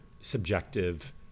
subjective